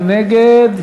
מי נגד?